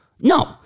No